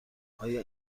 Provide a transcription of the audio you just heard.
آیا